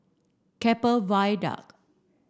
Keppel Viaduct